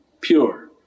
pure